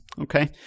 Okay